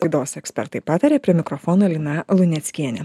laidos ekspertai pataria prie mikrofono lina luneckienė